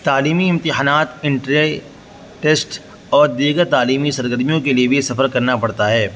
تعلیمی امتحانات entry test اور دیگر تعلیمی سرگرمیوں کے لیے بھی سفر کرنا پڑتا ہے